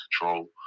control